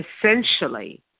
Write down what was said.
Essentially